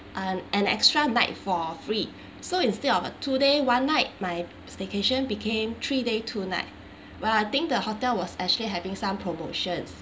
um an extra night for free so instead of a two day one night my staycation became three day two night well I think the hotel was actually having some promotions